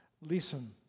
listen